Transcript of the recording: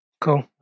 Cool